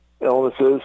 illnesses